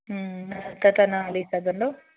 हूं न त त न हली सघंदो